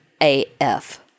AF